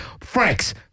Franks